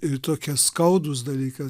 ir tokie skaudūs dalykai